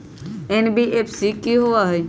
NBFC कि होअ हई?